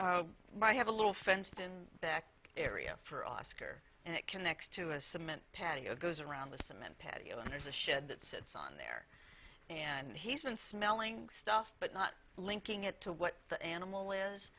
but i have a little fenced in back area for oscar and it connects to a cement patio goes around the cement patio and there's a shed that sits on there and he's been smelling stuff but not linking it to what that animal is